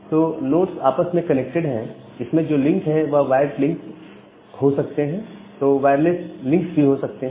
तो नोड्स आपस में कनेक्टेड है इसमें जो लिंक है वह वायर्ड लिंक्स सो सकते हैं या वायरलेस लिंक्स भी हो सकते हैं